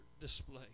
display